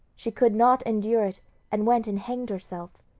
she could not endure it and went and hanged herself.